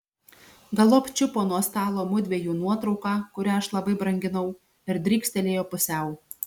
galop čiupo nuo stalo mudviejų nuotrauką kurią aš labai branginau ir drykstelėjo pusiau